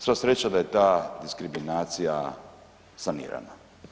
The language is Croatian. Sva sreća da je ta diskriminacija sanirana.